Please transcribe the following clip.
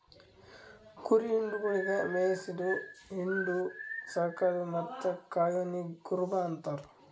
ಕುರಿ ಹಿಂಡುಗೊಳಿಗ್ ಮೇಯಿಸದು, ಹಿಂಡು, ಸಾಕದು ಮತ್ತ್ ಕಾಯೋನಿಗ್ ಕುರುಬ ಅಂತಾರ